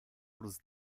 plus